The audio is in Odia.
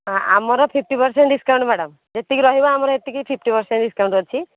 ହଁ ଆମର ଫିଫ୍ଟି ପର୍ସେଣ୍ଟ୍ ଡିସ୍କାଉଣ୍ଟ୍ ମ୍ୟାଡ଼ମ୍ ଯେତିକି ରହିବ ଆମର ସେତିକି ଫିଫ୍ଟି ପର୍ସେଣ୍ଟ୍ ଡିସ୍କାଉଣ୍ଟ୍ ଅଛି